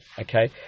okay